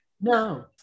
No